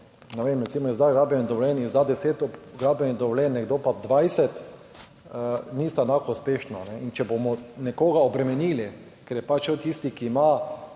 ne vem, recimo izda gradbeno dovoljenje, izda deset gradbenih dovoljenj, nekdo pa 20, nista enako uspešna. In če bomo nekoga obremenili, ker je pač šel, tisti, ki ima,